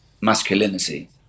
masculinity